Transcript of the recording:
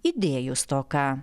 idėjų stoka